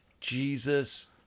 Jesus